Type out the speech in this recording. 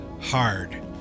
hard